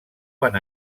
van